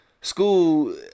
school